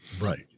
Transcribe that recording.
right